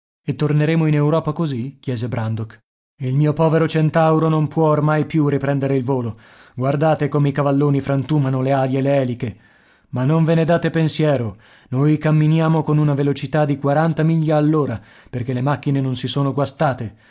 e torneremo in europa così chiese brandok il mio povero centauro non può ormai più riprendere il volo guardate come i cavalloni frantumano le ali e le eliche ma non ve ne date pensiero noi camminiamo con una velocità di quaranta miglia all'ora perché le macchine non si sono guastate